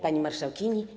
Pani Marszałkini!